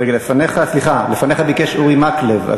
רגע, סליחה, לפניך ביקש אורי מקלב.